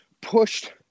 pushed